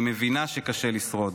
אני מבינה שקשה לשרוד.